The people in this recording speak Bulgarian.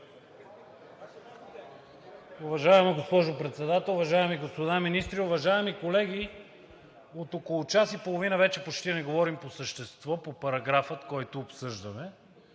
Уважаема госпожо Председател, уважаеми господа министри! Уважаеми колеги, от около час и половина вече почти не говорим по същество, по параграфа, който обсъждаме.